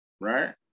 right